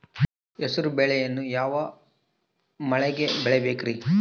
ಹೆಸರುಬೇಳೆಯನ್ನು ಯಾವ ಮಳೆಗೆ ಬೆಳಿಬೇಕ್ರಿ?